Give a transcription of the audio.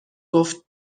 گفت